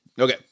Okay